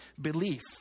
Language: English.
belief